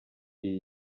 iyi